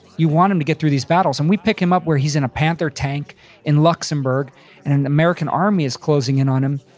you want him to get through these battles. and we pick him up where he's in a panther tank in luxembourg and the american army is closing in on him.